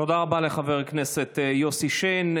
תודה רבה לחבר הכנסת יוסי שיין.